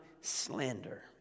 slander